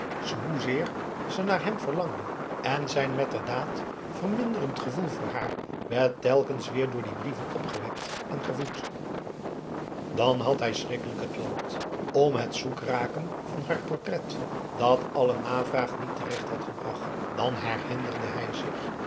hoezeer ze naar hem verlangde en zijn metterdaad verminderend gevoel voor haar werd telkens weer door die brieven opgewekt en gevoed dan had hij schrikkelijk het land om het zoek raken van haar portret dat alle navraag niet terecht had gebracht dan herinnerde hij zich